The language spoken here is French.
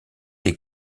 les